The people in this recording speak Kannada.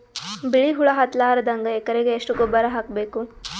ಬಿಳಿ ಹುಳ ಹತ್ತಲಾರದಂಗ ಎಕರೆಗೆ ಎಷ್ಟು ಗೊಬ್ಬರ ಹಾಕ್ ಬೇಕು?